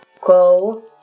go